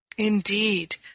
Indeed